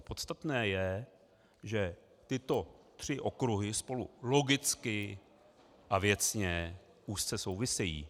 Podstatné je, že tyto tři okruhy spolu logicky a věcně úzce souvisejí.